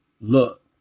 Look